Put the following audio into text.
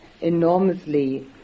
enormously